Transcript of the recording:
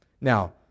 now